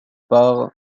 par